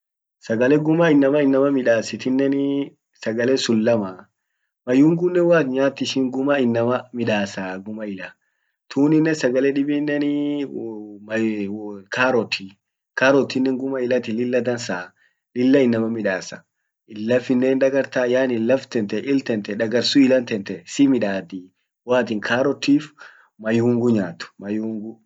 Sagale guma innama innama midasittinenii. sagalen sun lamaa mayungunen woat nyaat ishin guma innama midasaa guma ila tuninen sagale dibinnenii carrot tii carrot tinen guma ilati lilla dansa lilla innama midasa lafinnen hindagarta yani laf tante I'll tante dagarsu ila tante simidaddi woatin carrot tiif mayungu nyaat mayungu.